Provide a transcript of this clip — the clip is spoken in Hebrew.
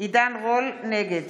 נגד